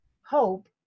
hope